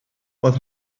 oedd